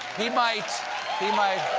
he might he might.